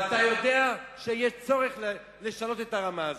ואתה יודע שיש צורך לשנות את הרמה הזאת.